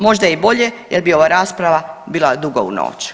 Možda i bolje jer bi ova rasprava bila dugo u noć.